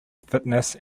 fitness